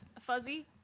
Fuzzy